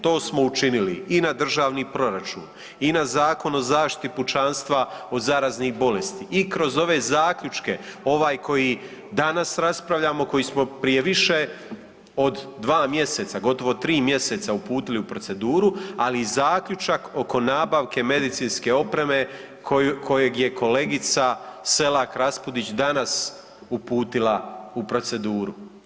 To smo učinili i na državni proračun i na Zakon o zaštiti pučanstva od zaraznih bolesti i kroz ove zaključke ovaj koji danas raspravljamo, koji smo prije više od 2 mjeseca, gotovo 3 mjeseca uputili u proceduru ali i zaključak oko nabavke medicinske opreme kojeg je kolegica Selak Raspudić danas uputila u proceduru.